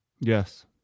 yes